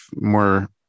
more